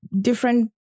different